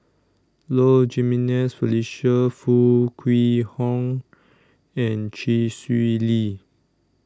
Low Jimenez Felicia Foo Kwee Horng and Chee Swee Lee